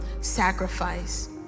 sacrifice